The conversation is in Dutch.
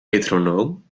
metronoom